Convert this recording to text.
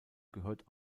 gehört